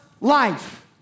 life